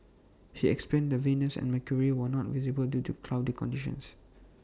he explained that Venus and mercury were not visible due to cloudy conditions